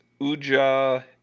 Uja